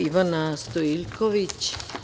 Ivana Stojiljković.